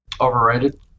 overrated